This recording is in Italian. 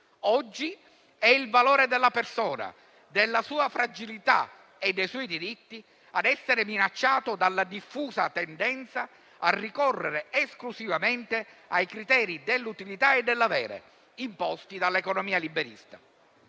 Oggi è il valore della persona, della sua fragilità e dei suoi diritti, ad essere minacciato dalla diffusa tendenza a ricorrere esclusivamente ai criteri dell'utilità e dell'avere imposti dall'economia liberista.